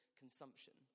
consumption